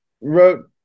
wrote